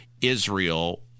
israel